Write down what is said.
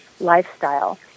lifestyle